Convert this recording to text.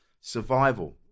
Survival